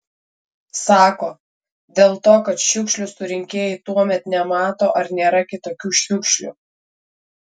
sako dėl to kad šiukšlių surinkėjai tuomet nemato ar nėra kitokių šiukšlių